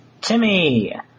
Timmy